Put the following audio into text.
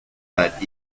that